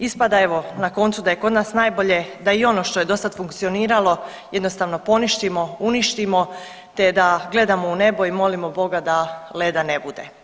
Ispada evo na koncu da je kod nas najbolje da i ono što je do sada funkcioniralo jednostavno poništimo, uništimo te da gledamo u nebo i molimo Boga da leda ne bude.